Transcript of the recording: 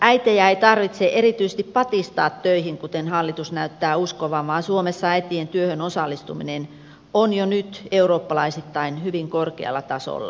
äitejä ei tarvitse erityisesti patistaa töihin kuten hallitus näyttää uskovan vaan suomessa äitien työhön osallistuminen on jo nyt eurooppalaisittain hyvin korkealla tasolla